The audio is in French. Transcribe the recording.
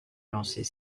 lancer